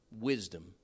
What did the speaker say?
wisdom